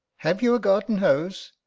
have you a garden hose?